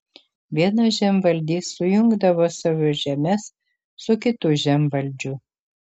vienas žemvaldys sujungdavo savo žemes su kitu žemvaldžiu